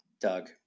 Doug